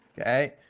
Okay